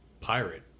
pirate